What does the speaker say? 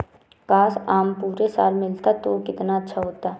काश, आम पूरे साल मिलता तो कितना अच्छा होता